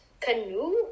canoe